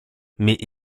mais